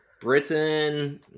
britain